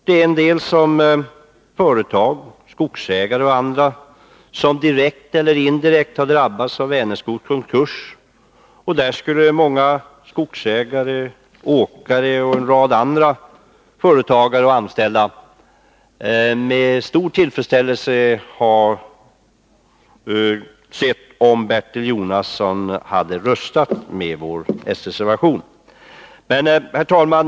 Det är en del företag, skogsägare och andra som direkt eller indirekt har drabbats av Vänerskogs konkurs, och där skulle många skogsägare, åkare och andra företagare liksom de anställda med stor tillfredsställelse se om Bertil Jonasson röstade med vår reservation.